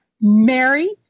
Mary